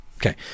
Okay